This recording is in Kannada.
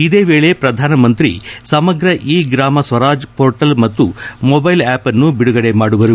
ಇದೇ ವೇಳೆ ಪ್ರಧಾನಮಂತ್ರಿ ಸಮಗ್ರ ಇ ಗಾಮ ಸ್ವರಾಜ್ ಮೋರ್ಟಲ್ ಮತ್ತು ಮೊಬ್ಲೆಲ್ ಆಪ್ ಅನ್ನು ಬಿಡುಗಡೆ ಮಾಡುವರು